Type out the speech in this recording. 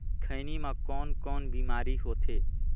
खैनी म कौन कौन बीमारी होथे?